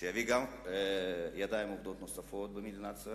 שיביא ידיים עובדות נוספות למדינת ישראל